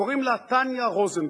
קוראים לה טניה רוזנבליט,